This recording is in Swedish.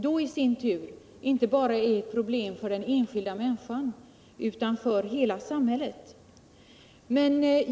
De är då inte bara ett problem för den enskilda människan utan för hela samhället.